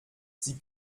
sie